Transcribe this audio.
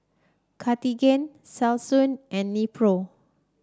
Cartigain Selsun and Nepro